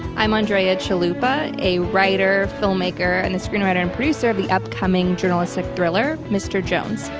i'm andrea chalupa, a writer, filmmaker and the screenwriter and producer of the upcoming journalistic thriller, mr jones.